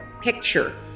picture